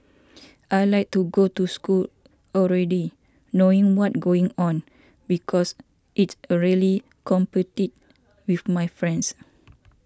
I like to go to school already knowing what going on because it's really competitive with my friends